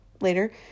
later